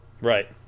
Right